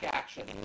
action